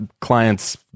clients